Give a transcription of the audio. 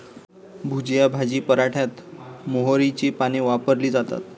भुजिया भाजी पराठ्यात मोहरीची पाने वापरली जातात